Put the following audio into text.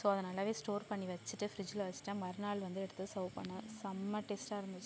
so அதை நல்லா store பண்ணி வெச்சிட்டு ஃப்ரிட்ஜில் வெச்சிட்டேன் மறுநாள் வந்து எடுத்து சர்வ் பண்ணேன் செம்ம டேஸ்ட்டாக இருந்துச்சு